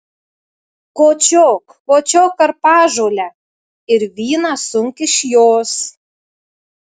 kočiok kočiok karpažolę ir vyną sunk iš jos